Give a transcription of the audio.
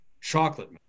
chocolate